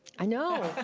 i know,